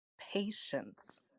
patience